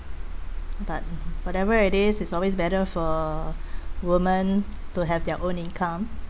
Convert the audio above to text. but whatever it is it's always better for women to have their own income